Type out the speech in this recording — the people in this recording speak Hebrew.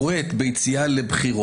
הם נוגעים בבעיות שונות.